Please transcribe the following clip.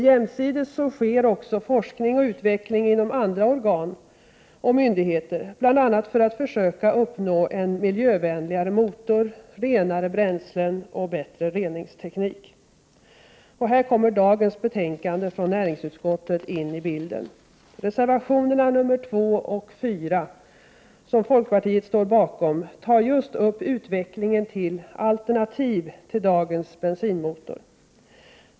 Jämsides sker också forskning och utveckling inom andra organ och myndigheter, bl.a. för att försöka uppnå en miljövänligare motor, renare bränslen och bättre reningsteknik. Här kommer dagens betänkande från näringsutskottet in i bilden. Reservationerna nr 2 och 4, som folkpartiet står bakom, tar just upp utvecklingen av alternativ till dagens bensinmotor.